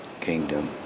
kingdom